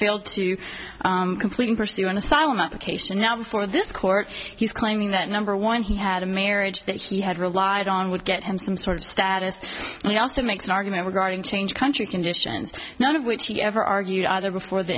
to complete and pursue an asylum application now before this court he's claiming that number one he had a marriage that he had relied on would get him some sort of status and he also makes an argument regarding change country conditions none of which he ever argued other before the